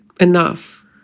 enough